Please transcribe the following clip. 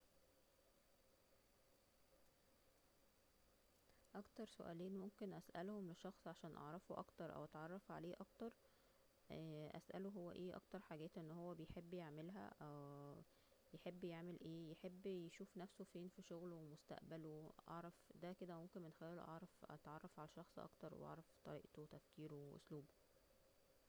اكتر سؤالين ممكن اسألهم للشخص عشان اعرفه اكتر أو اتعرف عليه اكتر اسأله هو اي اكتر حاجات أن هو بيحب يعملها يحب يعمل اي يحب يشوف نفسه فين في شغله ومستقبله اعرف دا كده ممكن من خلاله اعرف اتعرف على شخص اكتر واعرف طريقته وتفكيره وأسلوبه